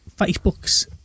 Facebooks